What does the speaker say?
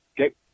Okay